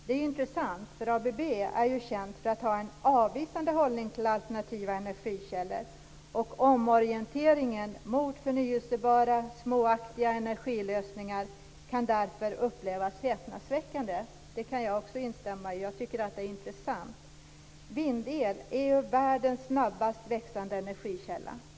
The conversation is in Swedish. Det är intressant, för ABB är känt för att ha en avvisande hållning till alternativa energikällor. Omorienteringen mot förnybara, småskaliga energilösningar kan därför upplevas som häpnadsväckande. Jag tycker att det är intressant. Vindkraft är världens snabbast växande energikälla.